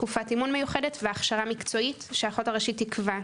תקופת אימון מיוחדת והכשרה מקצועית שהאחות הראשית תקבע,